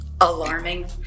Alarming